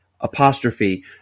apostrophe